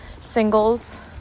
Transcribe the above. singles